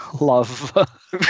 love